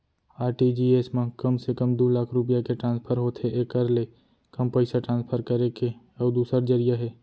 RTGS म कम से कम दू लाख रूपिया के ट्रांसफर होथे एकर ले कम पइसा ट्रांसफर करे के अउ दूसर जरिया हे